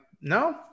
no